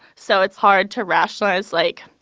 so it's hard to rationalize, like,